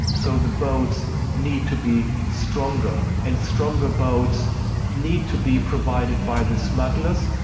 so the boats need to be stronger, and stronger boats need to be provided by the smugglers,